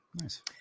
Nice